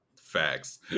Facts